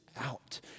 out